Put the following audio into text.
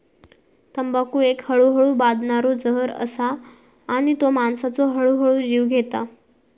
तंबाखू एक हळूहळू बादणारो जहर असा आणि तो माणसाचो हळूहळू जीव घेता